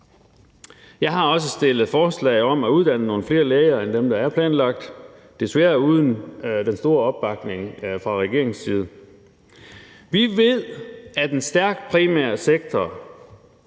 Jeg har også fremsat forslag om at uddanne nogle flere læger end dem, der er planlagt. Det var desværre uden den store opbakning fra regeringens side. Vi ved, at en stærk primær sektor